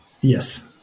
Yes